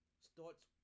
starts